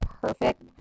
perfect